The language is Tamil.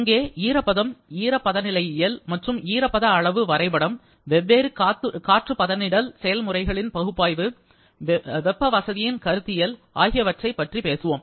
இங்கே ஈரப்பதம் ஈரப்பதனிலையியல் மற்றும் ஈரப்பதஅளவு வரைபடம் வெவ்வேறு காற்று பதனிடல் செயல்முறைகளின் பகுப்பாய்வு வெப்ப வசதியின் கருத்தியல் ஆகியவற்றைப் பற்றி பேசுவோம்